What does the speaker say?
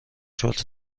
چرت